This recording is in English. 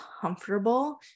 comfortable